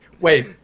Wait